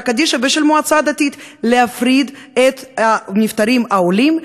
קדישא ושל המועצה הדתית: להפריד את הנפטרים העולים,